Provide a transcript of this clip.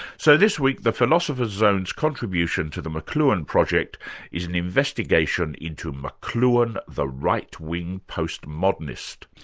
so this week, the philosopher's zone's contribution to the mcluhan project is an investigation into mcluhan the right-wing postmodernist.